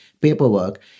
paperwork